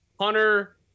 Hunter